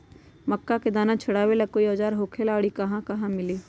मक्का के दाना छोराबेला कोई औजार होखेला का और इ कहा मिली?